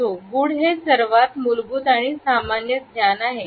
असो गूढ हे सर्वात मूलभूत आणि सामान्य ज्ञान आहे